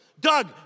Doug